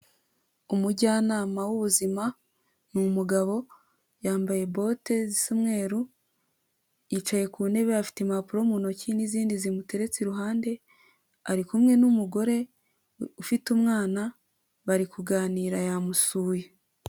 Umujyanama w'ubuzima ni umugabo yambaye bote zisa umweru, yicaye ku ntebe afite impapuro mu ntoki n'izindi zimuteretse iruhande, ari kumwe n'umugore ufite umwana, bari kuganira yamusuye.